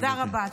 תודה רבה.